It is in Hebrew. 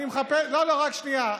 לא, לא, רק שנייה.